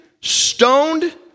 stoned